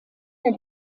der